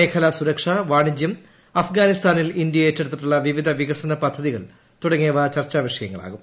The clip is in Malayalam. മേഖലാ സുരക്ഷ വാണിജ്യം അഫ്ഗാനിസ്ഥാനിൽ ഇന്ത്യ ഏറ്റെടുത്തിട്ടുള്ള വിവിധ വിക്സ്ന് പദ്ധതികൾ തുടങ്ങിയവ ചർച്ചാവിഷയങ്ങളാവും